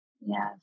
Yes